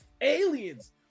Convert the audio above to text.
aliens